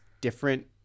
different